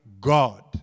God